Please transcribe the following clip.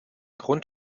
grund